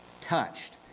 touched